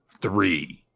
three